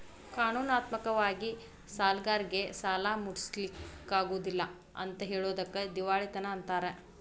ಕಾನೂನಾತ್ಮಕ ವಾಗಿ ಸಾಲ್ಗಾರ್ರೇಗೆ ಸಾಲಾ ಮುಟ್ಟ್ಸ್ಲಿಕ್ಕಗೊದಿಲ್ಲಾ ಅಂತ್ ಹೆಳೊದಕ್ಕ ದಿವಾಳಿತನ ಅಂತಾರ